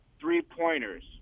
three-pointers